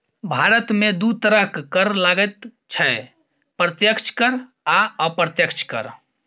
भारतमे दू तरहक कर लागैत छै प्रत्यक्ष कर आ अप्रत्यक्ष कर